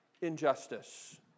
injustice